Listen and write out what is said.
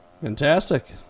fantastic